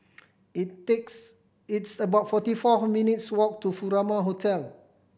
it takes it's about forty four minutes' walk to Furama Hotel